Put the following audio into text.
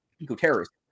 eco-terrorists